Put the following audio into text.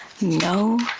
no